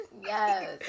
Yes